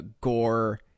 gore